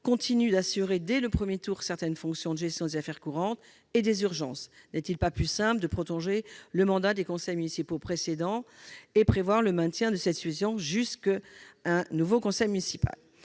continue d'assurer après le premier tour certaines fonctions de gestion des affaires courantes et des urgences. N'est-il pas plus simple de prolonger le mandat des conseillers municipaux sortants et de prévoir le maintien de cette situation jusqu'à ce qu'un nouveau conseil municipal